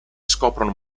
scoprono